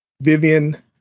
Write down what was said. Vivian